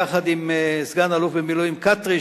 יחד עם סגן-אלוף במילואים כתרי,